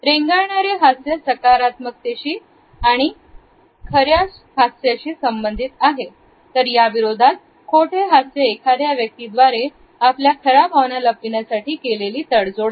रेंगाळणारे हास्य सकारात्मकतेशी आणि खर हास्य शी संबंधित आहे तर याविरोधात खोटे हास्य एखाद्या व्यक्ती द्वारे आपल्या खऱ्या भावना लपविण्यासाठी केलेली तडजोड आहे